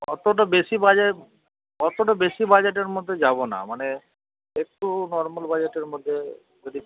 অতটা বেশী বাজেট অতটা বেশী বাজেটের মধ্যে যাবো না মানে একটু নর্মাল বাজেটের মধ্যে যদি